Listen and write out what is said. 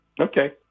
Okay